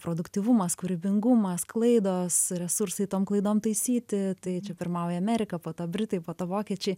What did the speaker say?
produktyvumas kūrybingumas klaidos resursai tom klaidom taisyti tai čia pirmauja amerika po to britai po to vokiečiai